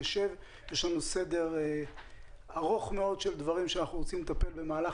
יש לנו הרבה דברים שאנחנו רוצים לטפל בהם במהלך